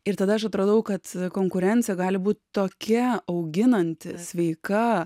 ir tada aš atradau kad konkurencija gali būt tokia auginanti sveika